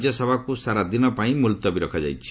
ରାଜ୍ୟସଭାକୁ ସାରାଦିନପାଇଁ ମୁଲତବୀ ରଖାଯାଇଛି